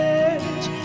edge